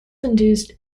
induced